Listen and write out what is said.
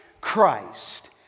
Christ